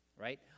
Right